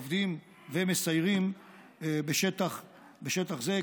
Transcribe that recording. עובדים ומסיירים בשטח זה.